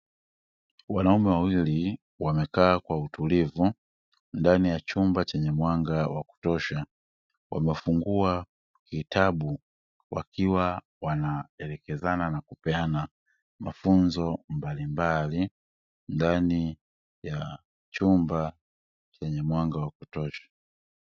Wanaume wawili wamekaa kwa utulivu ndani ya chumba chenye mwanga wa kutosha, wamefungua vitabu wakiwa wanaelekezana na kupeana mafunzo mbalimbali ndani ya chumba chenye mwanga wa kutosha.